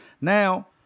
Now